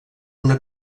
una